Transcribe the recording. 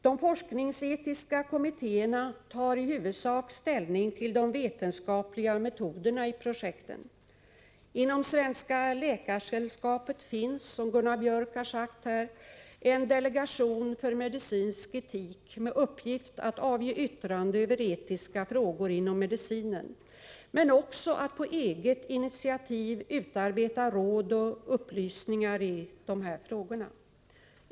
De forskningsetiska kommittéerna tar i huvudsak ställning till de vetenskapliga metoderna i projekten. Inom Svenska Läkaresällskapet finns, som Gunnar Biörck i Värmdö nämnde, en delegation för medicinsk etik med uppgift att avge yttranden över etiska frågor inom medicinen men också att på eget initiativ utarbeta råd och upplysningar i dessa frågor.